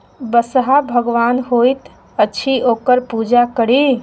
बसहा भगवान होइत अछि ओकर पूजा करी